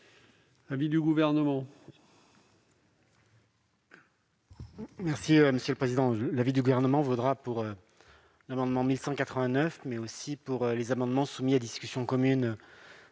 l'avis du Gouvernement